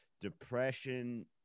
depression